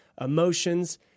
emotions